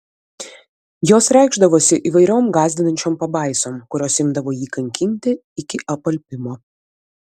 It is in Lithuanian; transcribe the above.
jos reikšdavosi įvairiom gąsdinančiom pabaisom kurios imdavo jį kankinti iki apalpimo